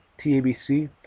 TABC